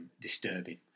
disturbing